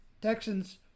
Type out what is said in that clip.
Texans